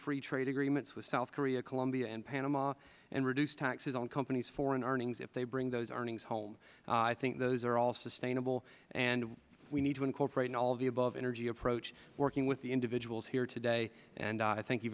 free trade agreements with south korea colombia and panama and reduce taxes on companies foreign earnings if they bring those earnings home i think those are all sustainable and we need to incorporate in all of the above energy approach working with the individuals here today and i thank you